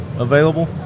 Available